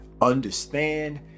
understand